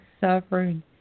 suffering